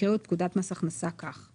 יקראו את פקודת מס הכנסה כך: